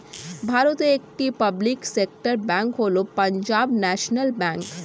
ভারতের একটি public sector bank হল পাঞ্জাব ন্যাশনাল ব্যাঙ্ক